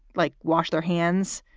like wash their hands.